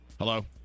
Hello